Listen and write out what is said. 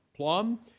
Plum